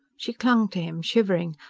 she clung to him, shivering.